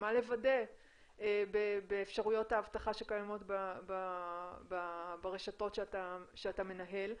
מה לוודא באפשרויות האבטחה שקיימות ברשתות שאתה מנהל,